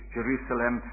Jerusalem